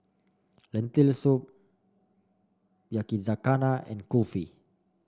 Lentil Soup Yakizakana and Kulfi